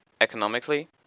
economically